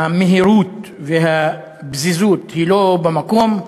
המהירות והפזיזות הן לא במקום.